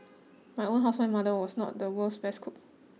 my own housewife mother was not the world's best cook